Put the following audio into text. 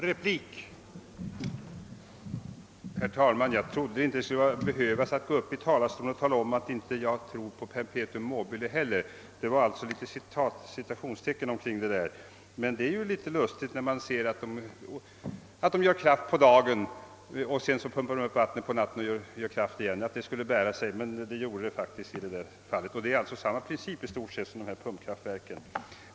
Herr talman! Jag trodde inte det skulle vara nödvändigt för mig att gå upp i talarstolen och säga att inte heller jag tror på något »perpetuum mobile». Jag nämnde ordet inom citationstecken. Det är dock litet lustigt att man i vissa sammanhang med kraftpriset som regulator kan göra kraft på dagen, pumpa upp vattnet på natten och göra prima kraft av det igen dagen därpå samt att detta bär sig. Principen är i stort sett densamma som hos pumpkraftverken.